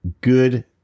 good